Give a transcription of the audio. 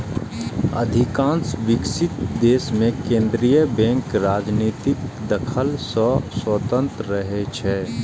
अधिकांश विकसित देश मे केंद्रीय बैंक राजनीतिक दखल सं स्वतंत्र रहै छै